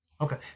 Okay